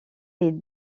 est